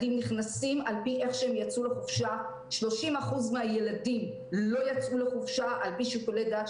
אין לי ספק שכאן עובדים שני דברים